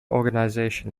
organisation